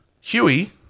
Huey